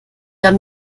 haben